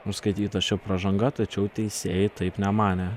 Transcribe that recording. nuskaityta ši pražanga tačiau teisėjai taip nemanė